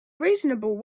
reasonable